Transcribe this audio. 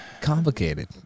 complicated